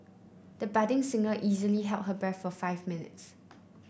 the budding singer easily held her breath for five minutes